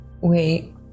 Wait